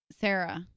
Sarah